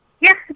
Yes